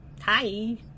Hi